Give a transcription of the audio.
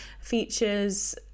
features